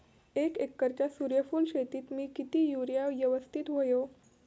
एक एकरच्या सूर्यफुल शेतीत मी किती युरिया यवस्तित व्हयो?